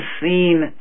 seen